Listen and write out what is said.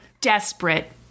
desperate